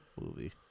movie